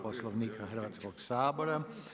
Poslovnika Hrvatskog sabora.